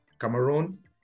Cameroon